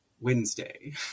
Wednesday